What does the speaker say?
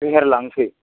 फेहेरलांसै